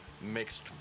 Mixed